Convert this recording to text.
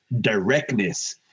directness